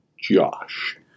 Josh